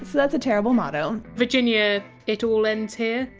that's a terrible motto virginia it all ends here?